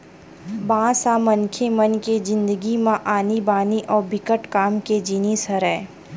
बांस ह मनखे मन के जिनगी म आनी बानी अउ बिकट काम के जिनिस हरय